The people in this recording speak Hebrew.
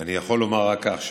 אני יכול לומר רק כך: